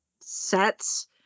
sets